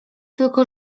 tylko